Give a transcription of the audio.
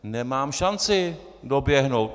Nemám šanci doběhnout.